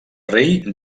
rei